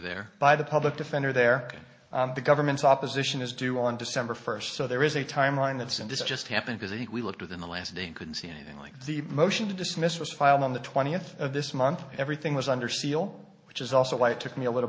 there by the public defender there that the government's opposition is due on december first so there is a timeline that's in this just happened to zeke we looked within the last day and couldn't see anything like the motion to dismiss was filed on the twentieth of this month everything was under seal which is also why it took me a little